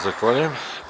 Zahvaljujem.